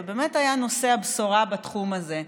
ובאמת היה נושא הבשורה בתחום הזה.